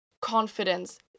confidence